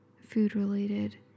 food-related